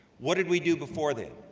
what did we do before then?